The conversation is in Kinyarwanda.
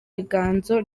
inganzo